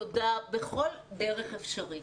תודה בכל דרך אפשרית.